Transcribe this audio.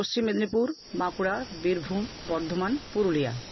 Paschim Medinipur Bankura Birbhum Bardhaman Purulia